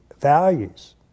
values